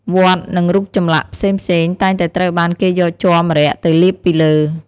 វត្ត និង រូបចម្លាក់ផ្សេងៗតែងតែត្រូវបានគេយកជ័រម្រ័ក្សណ៍ទៅលាបពីលើ។